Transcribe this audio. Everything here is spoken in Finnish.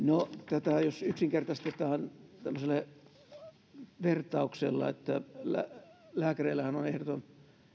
no jos tätä yksinkertaistetaan tämmöisellä vertauksella että lääkäreillähän on ehdoton